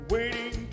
Waiting